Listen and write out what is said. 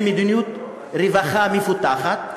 עם מדיניות רווחה מפותחת,